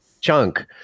chunk